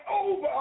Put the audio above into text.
over